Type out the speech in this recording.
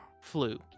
Flu